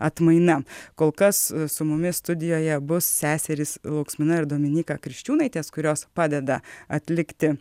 atmaina kol kas su mumis studijoje bus seserys lauksmina ir dominyka kriščiūnaitės kurios padeda atlikti